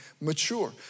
mature